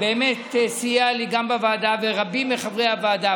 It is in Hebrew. שסייע לי גם בוועדה, ולרבים מחברי הוועדה.